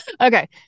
Okay